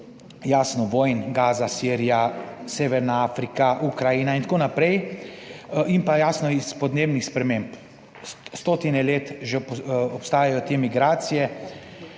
jasno, vojn - Gaza, Sirija, Severna Afrika, Ukrajina in tako naprej - in pa jasno iz podnebnih sprememb. Stotine let že obstajajo te migracije